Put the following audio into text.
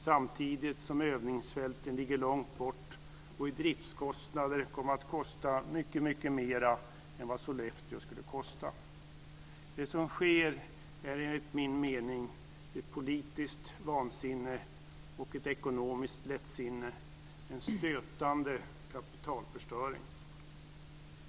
Samtidigt ligger övningsfälten långt bort, och de kommer i driftskostnader att kosta mycket mer än vad Sollefteå skulle kosta. Det som sker är enligt min mening ett politiskt vansinne och ett ekonomiskt lättsinne. Det är en stötande kapitalförstöring.